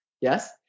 Yes